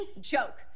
joke